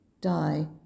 die